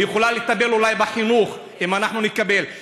היא יכולה אולי לטפל בחינוך, אם אנחנו נקבל.